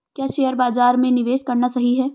क्या शेयर बाज़ार में निवेश करना सही है?